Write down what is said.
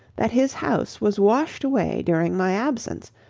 that his house was washed away during my absence,